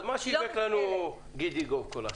מה שיווק לנו גידי גוב כל השנים?